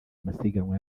amasiganwa